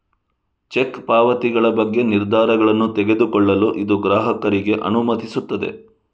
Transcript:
check ಪಾವತಿಗಳ ಬಗ್ಗೆ ನಿರ್ಧಾರಗಳನ್ನು ತೆಗೆದುಕೊಳ್ಳಲು ಇದು ಗ್ರಾಹಕರಿಗೆ ಅನುಮತಿಸುತ್ತದೆ